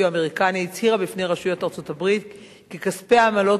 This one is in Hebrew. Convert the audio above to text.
אמריקני הצהירה בפני רשויות ארצות-הברית כי כספי העמלות